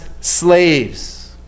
slaves